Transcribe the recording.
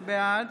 בעד